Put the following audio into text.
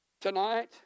tonight